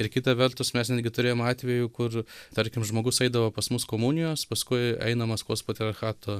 ir kita vertus mes netgi turėjom atvejų kur tarkim žmogus eidavo pas mus komunijos paskui eina maskvos patriarchato